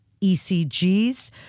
ECGs